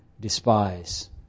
despise